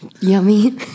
Yummy